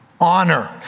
Honor